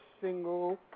single